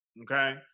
okay